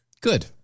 Good